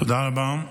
תודה רבה.